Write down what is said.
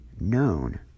known